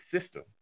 system